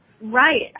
right